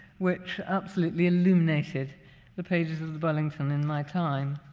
which absolutely illuminated the pages of the burlington in my time.